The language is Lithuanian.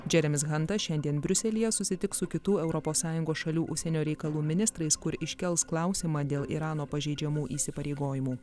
džeremis hanta šiandien briuselyje susitiks su kitų europos sąjungos šalių užsienio reikalų ministrais kur iškels klausimą dėl irano pažeidžiamų įsipareigojimų